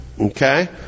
Okay